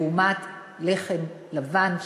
לעומת לחם לבן,